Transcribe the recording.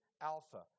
alpha